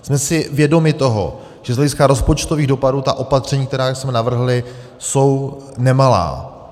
Jsme si vědomi toho, že z hlediska rozpočtových dopadů ta opatření, která jsme navrhli, jsou nemalá.